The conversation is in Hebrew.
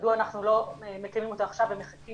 מדוע אנחנו לא מקימים אותו עכשיו ומחכים